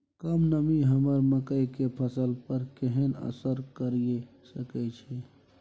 कम नमी हमर मकई के फसल पर केहन असर करिये सकै छै?